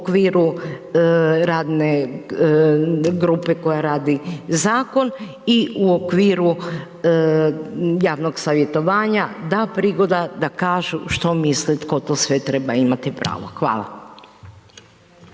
u okviru radne grupa koja radi zakon i u okviru javnog savjetovanja da prigoda da kažu što misle, tko to sve treba imati pravo. Hvala.